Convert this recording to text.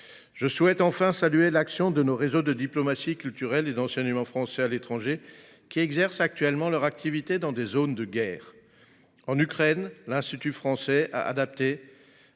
Je souhaite enfin saluer l’action de nos réseaux de diplomatie culturelle et d’enseignement français à l’étranger, qui exercent actuellement leur activité dans des zones de guerre. En Ukraine, l’Institut français a adapté